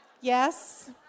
Yes